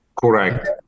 Correct